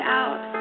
out